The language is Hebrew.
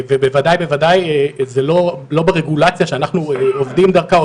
ובוודאי ובוודאי זה לא ברגולציה שאנחנו עובדים דרכה או